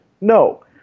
No